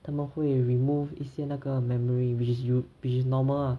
他们会 remove 一些那个 memory which is you which is normal ah